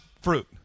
fruit